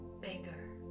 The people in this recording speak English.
bigger